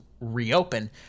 reopen